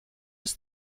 ist